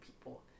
people